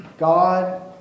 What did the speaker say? God